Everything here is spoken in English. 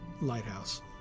lighthouse